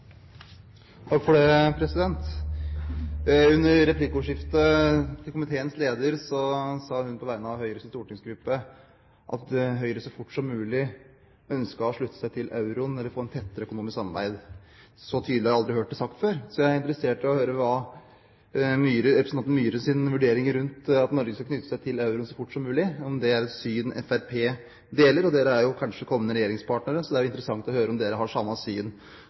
fort som mulig ønsker å slutte seg til euroen eller få et tettere økonomisk samarbeid. Så tydelig har jeg aldri hørt det sagt før, så jeg er interessert i å høre representanten Myhres vurdering rundt at Norge skal knytte seg til euroen så fort som mulig – om det er et syn Fremskrittspartiet deler. Dere er jo kanskje kommende regjeringspartnere, så det er interessant å høre om dere har samme syn